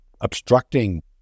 obstructing